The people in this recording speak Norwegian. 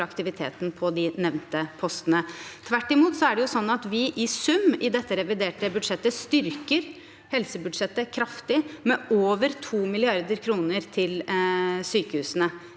for aktiviteten på de nevnte postene. Tvert imot er det sånn at vi i dette reviderte budsjettet styrker helsebudsjettet kraftig i sum, med over 2 mrd. kr til sykehusene.